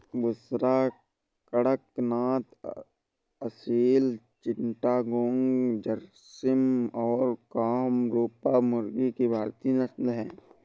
बुसरा, कड़कनाथ, असील चिट्टागोंग, झर्सिम और कामरूपा मुर्गी की भारतीय नस्लें हैं